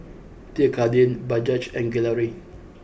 Pierre Cardin Bajaj and Gelare